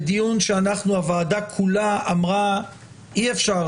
בדיון שאנחנו הוועדה כולה אמרה אי אפשר